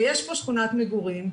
ויש פה שכונת מגורים,